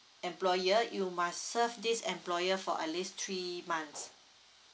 employer you must serve this employer for at least three months